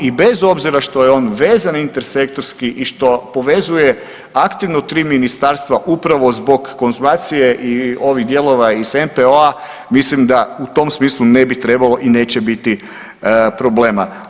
I bez obzira što je on vezan inter sektorski i što povezuje aktivno tri ministarstva upravo zbog konzumacije i ovih dijelova iz MPO-a mislim da u tom smislu ne bi trebalo i neće biti problema.